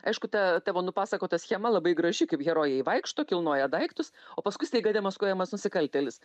aišku ta tavo nupasakota schema labai graži kaip herojai vaikšto kilnoja daiktus o paskui staiga demaskuojamas nusikaltėlis